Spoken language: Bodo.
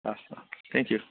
औ औ टेंकिउ